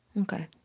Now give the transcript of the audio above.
Okay